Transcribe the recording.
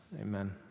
Amen